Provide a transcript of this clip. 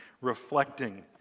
reflecting